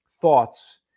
thoughts